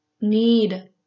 need